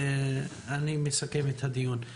ואסכם את הדיון.